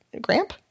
Gramp